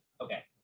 Okay